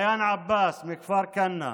ביאן עבאס מכפר כנא,